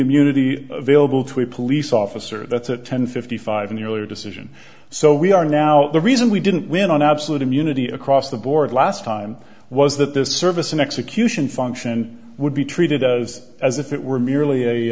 immunity available to a police officer that's at ten fifty five in the earlier decision so we are now the reason we didn't win on absolute immunity across the board last time was that this service an execution function would be treated as as if it were